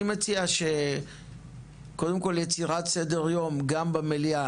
אני מציע שקודם כל יצירת סדר יום גם במליאה,